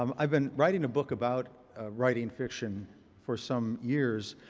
um i've been writing a book about writing fiction for some years.